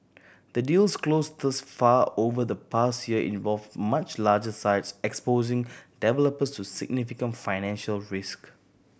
the deals closed thus far over the past year involved much larger sites exposing developers to significant financial risk